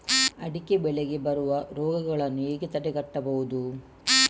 ಅಡಿಕೆ ಬೆಳೆಗೆ ಬರುವ ರೋಗಗಳನ್ನು ಹೇಗೆ ತಡೆಗಟ್ಟಬಹುದು?